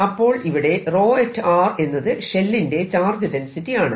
അപ്പോൾ ഇവിടെ ρ എന്നത് ഷെല്ലിന്റെ ചാർജ് ഡെൻസിറ്റി ആണ്